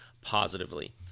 positively